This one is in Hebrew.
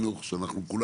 שהיום הוא שר החינוך,